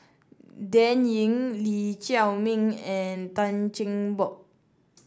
Dan Ying Lee Chiaw Meng and Tan Cheng Bock